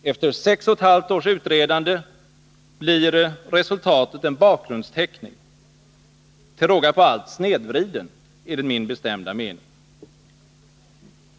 Efter sex och ett halvt års utredande blir resultatet en bakgrundsteckning, till råga på allt snedvriden, enligt min bestämda mening.